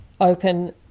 open